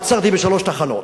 עצרתי בשלוש תחנות,